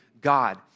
God